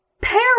pair